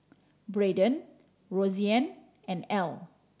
Braiden Roseann and Ell